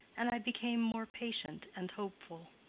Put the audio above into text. and i became more patient and hopeful.